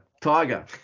Tiger